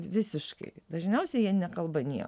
visiškai dažniausiai jie nekalba nieko